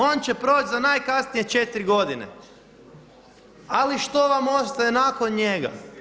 On će proći za najkasnije četiri godine, ali što vam ostaje nakon njega?